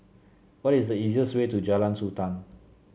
what is the easiest way to Jalan Sultan